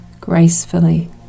gracefully